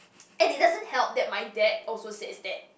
and it doesn't help that my dad also says that